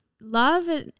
love